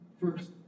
First